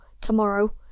tomorrow